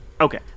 Okay